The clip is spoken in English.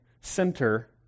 center